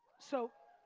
so,